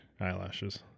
eyelashes